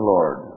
Lord